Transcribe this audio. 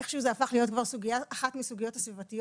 איכשהו זה הפך להיות כבר אחת מבין סוגיות סביבתיות.